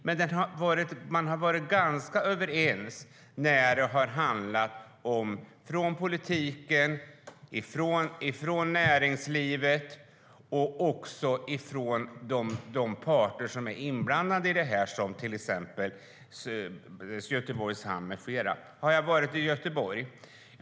Men man har varit ganska överens från politiken, från näringslivet och från de parter som är inblandade i det här, exempelvis Göteborgs hamn med flera. Har jag varit i Göteborg?